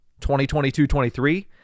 2022-23